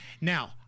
now